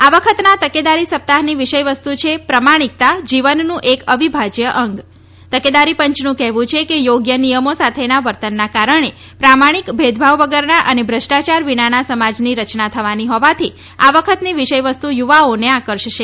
આ વખતના તકેદારી સપ્તાહની વિષયવસ્તુ છે પ્રામાણિકતા જીવનનું એક અવિભાજ્ય અંગ તકેદારી પંચનું કહેવું છે કે યોગ્ય નિયમો સાથેના વર્તનના કારણે પ્રામાણિક ભેદભાવ વગરના અને ભ્રષ્ટાચાર વિનાના સમાજની રચના થવાની હોવાથી આ વખતની વિષય વસ્તુ યુવાઓને આકર્ષશે